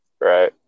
Right